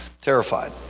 terrified